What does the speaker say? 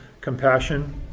compassion